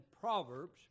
Proverbs